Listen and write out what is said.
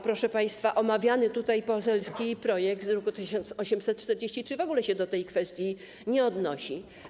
Proszę państwa, omawiany poselski projekt z druku nr 1843 w ogóle się do tej kwestii nie odnosi.